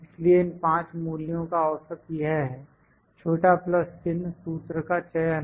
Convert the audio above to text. इसलिए इन पांच मूल्यों का औसत यह है छोटा प्लस चिन्ह सूत्र का चयन है